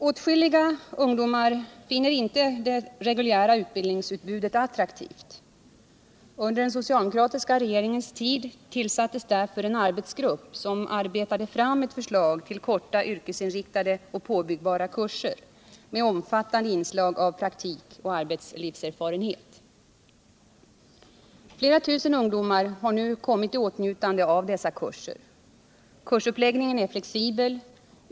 Åtskilliga ungdomar finner inte det reguljära utbildningsutbudet attraktivt. Under den socialdemokratiska regeringens tid tillsattes därför en arbetsgrupp, som arbetade fram ett förslag till korta yrkesinriktade och påbyggbara kurser med omfattande inslag av praktik och arbetslivserfarenhet. Flera tusen ungdomar har nu kommit i åtnjutande av dessa kurser. Kursuppläggningen är flexibel.